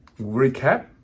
recap